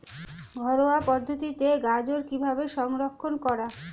ঘরোয়া পদ্ধতিতে গাজর কিভাবে সংরক্ষণ করা?